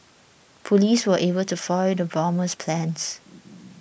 police were able to foil the bomber's plans